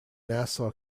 nassau